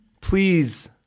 Please